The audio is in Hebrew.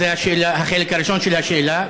זה החלק הראשון של השאלה.